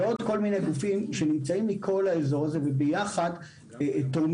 ועוד כל מיני גופים שנמצאים בכל האזור הזה וביחד תורמים.